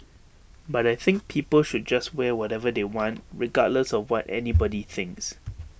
but I think people should just wear whatever they want regardless of what anybody thinks